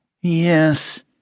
Yes